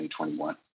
2021